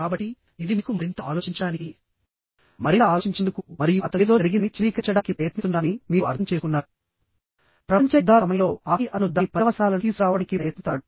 కాబట్టి ఇది మీకు మరింత ఆలోచించడానికి మరింత ఆలోచించినందుకు మరియు అతను ఏదో జరిగిందని చిత్రీకరించడానికి ప్రయత్నిస్తున్నారని మీరు అర్థం చేసుకున్నారు ప్రపంచ యుద్ధాల సమయంలో ఆపై అతను దాని పర్యవసానాలను తీసుకురావడానికి ప్రయత్నిస్తాడు